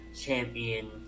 champion